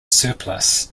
surplus